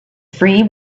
free